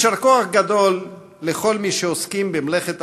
יישר כוח גדול לכל מי שעוסקים במלאכת